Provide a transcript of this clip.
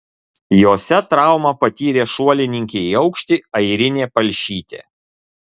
jose traumą patyrė šuolininkė į aukštį airinė palšytė